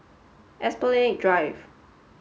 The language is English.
Drive